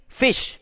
fish